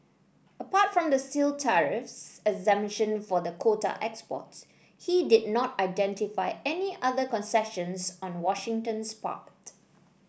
apart from the steel tariffs exemption for the quota exports he did not identify any other concessions on Washington's part